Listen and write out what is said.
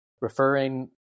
referring